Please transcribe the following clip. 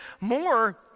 more